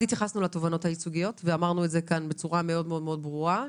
התייחסנו לתובענות הייצוגיות ואמרנו את זה כאן בצורה מאוד מאוד ברורה,